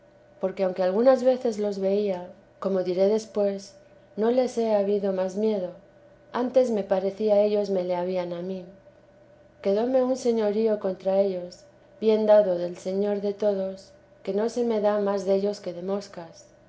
porque aunque algunas veces los veía tesesa di como diré después no les he habido más miedo antes me parecía ellos me le habían a mí quedóme un señorío contra ellos bien dado del señor de todos que no se me da más dellos que de moscas